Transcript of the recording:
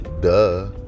duh